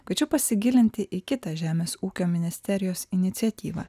kviečiu pasigilinti į kitą žemės ūkio ministerijos iniciatyvą